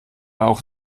auch